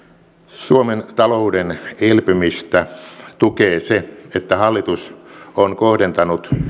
suomen talouden elpymistä tukee se että hallitus on kohdentanut